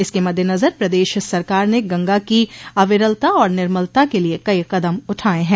इसके मद्देनजर प्रदेश सरकार ने गंगा की अविरलता और निर्मलता के लिये कई कदम उठाये हैं